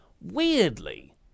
weirdly